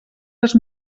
les